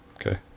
Okay